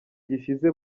gishize